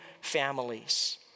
families